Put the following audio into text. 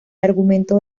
argumento